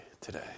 today